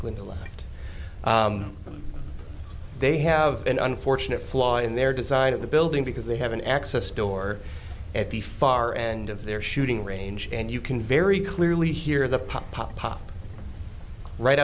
light they have an unfortunate flaw in their design of the building because they have an access door at the far end of their shooting range and you can very clearly hear the pop pop pop right